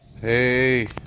Hey